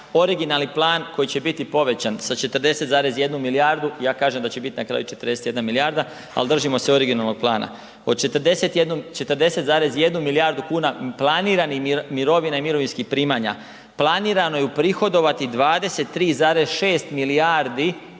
originalni plan koji će biti povećan sa 40,1 milijardu, ja kažem da će biti na kraju 21 milijarda ali držimo se originalnog plana. Od 40,1 milijardu kuna planiranih mirovina i mirovinskih primanja, planirano je uprihovati 23,6 milijardi